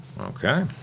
Okay